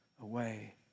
away